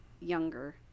younger